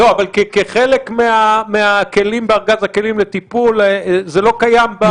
אבל כחלק מהכלים בארגז הכלים לטיפול זה לא קיים?